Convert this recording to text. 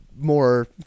more